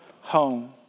home